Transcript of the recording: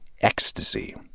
ecstasy